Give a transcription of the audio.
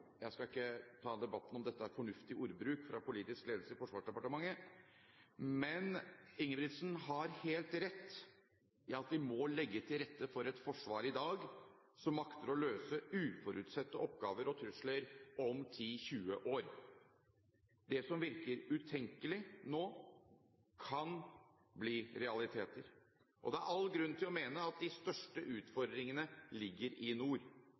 Jeg skal ikke ta debatten om hvorvidt dette er fornuftig ordbruk fra politisk ledelse i Forsvarsdepartementet, men Ingebrigtsen har helt rett i at vi må legge til rette for et forsvar i dag som makter å løse uforutsette oppgaver og trusler om 10–20 år. Det som virker utenkelig nå, kan bli realiteter. Og det er all grunn til å mene at de største utfordringene ligger i nord.